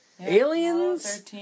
Aliens